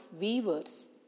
weavers